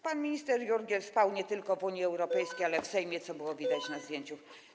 Pan minister Jurgiel spał nie tylko w Unii Europejskiej, ale i w Sejmie, co było widać na zdjęciu.